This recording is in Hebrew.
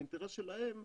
האינטרס שלהן,